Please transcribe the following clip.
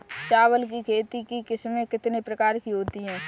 चावल की खेती की किस्में कितने प्रकार की होती हैं?